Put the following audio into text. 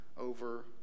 over